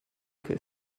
que